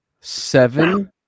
Seven